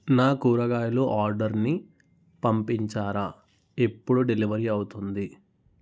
నా కూరగాయలు ఆర్డర్ని పంపించారా ఎప్పుడు డెలివరీ అవుతుంది